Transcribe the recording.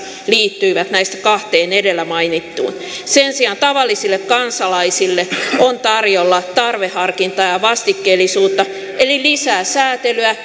liittyivät näistä kahteen edellä mainittuun sen sijaan tavallisille kansalaisille on tarjolla tarveharkintaa ja ja vastikkeellisuutta eli lisää säätelyä